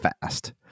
fast